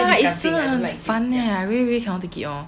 ya 也是很烦 eh I really really 想要 take it oh